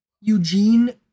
Eugene